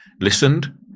listened